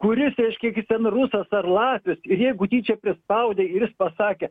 kuris reiškia ten rusas ar latvis ir jeigu tyčia prispaudė ir jis pasakė